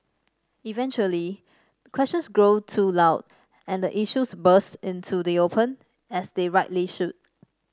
eventually questions grow too loud and the issues burst into the open as they rightly should